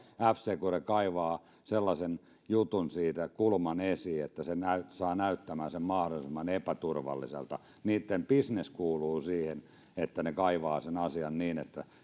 f secure kaivaa sellaisen kulman siitä jutusta esiin että saa näyttämään sen mahdollisimman epäturvalliselta niitten bisnekseen kuuluu se että he kaivavat sen asian niin että